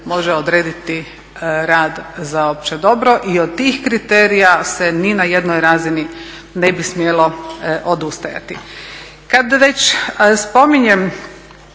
može odrediti rad za opće dobro i od tih kriterija se ni na jednoj razini ne bi smjelo odustajati. Kad već spominjem